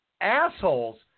assholes